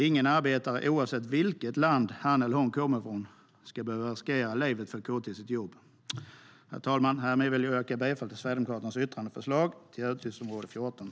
Ingen arbetare, oavsett vilket land han eller hon kommer från, ska behöva riskera livet för att gå till sitt jobb. Herr talman! Härmed ställer jag mig bakom Sverigedemokraternas yttrande och förslag om utgiftsområde 14.